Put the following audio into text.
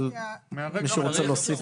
אבל אם מישהו רוצה להוסיף,